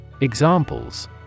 Examples